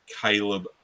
Caleb